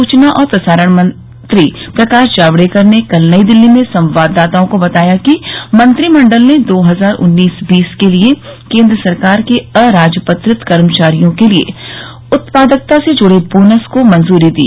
सूचना और प्रसारण मंत्री प्रकाश जावड़ेकर ने कल नई दिल्ली में संवाददाताओं को बताया कि मंत्रिमंडल ने दो हजार उन्नीस बीस के लिए केन्द्र सरकार के अराजपत्रित कर्मचारियों के लिए उत्पादकता से जुड़े बोनस को मंजूरी दी